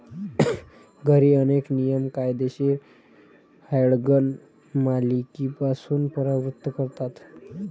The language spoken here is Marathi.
घरी, अनेक नियम कायदेशीर हँडगन मालकीपासून परावृत्त करतात